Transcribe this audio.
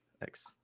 Thanks